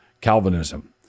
Calvinism